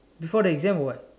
before the exam or what